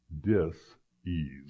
dis-ease